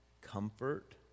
Comfort